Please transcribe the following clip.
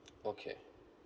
okay